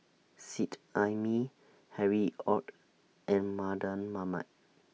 Seet Ai Mee Harry ORD and Mardan Mamat